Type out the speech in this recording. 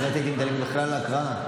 אחרת הייתי מדלג בכלל על ההקראה.